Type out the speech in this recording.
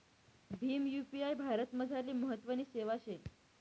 Bhim UPI भारतमझारली महत्वनी सेवा शे